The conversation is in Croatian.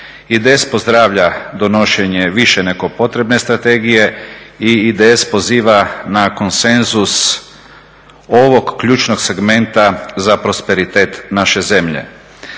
IDS pozdravlja donošenje više nego potrebne strategije i IDS poziva na konsenzus ovog ključnog segmenta za prosperitet naše zemlje.